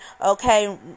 okay